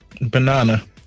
Banana